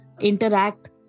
interact